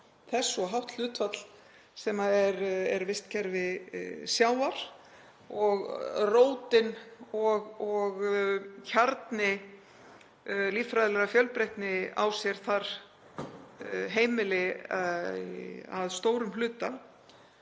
þess og hátt hlutfall þess vistkerfi sjávar og rót og kjarni líffræðilegrar fjölbreytni á sér þar heimili að stórum hluta.